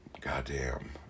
goddamn